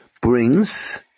brings